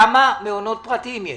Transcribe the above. כמה מעונות פרטיים יש?